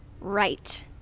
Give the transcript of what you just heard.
Right